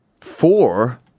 four